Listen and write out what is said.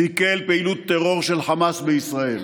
סיכל פעילות טרור של חמאס בישראל.